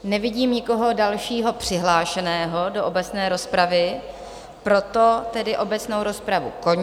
Nevidím nikoho dalšího přihlášeného do obecné rozpravy, proto tedy obecnou rozpravu končím.